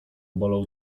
bolą